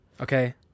Okay